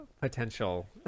potential